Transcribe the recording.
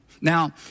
Now